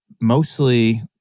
mostly